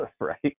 right